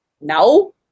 No